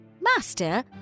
Master